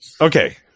Okay